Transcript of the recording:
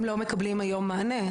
הם לא מקבלים היום מענה.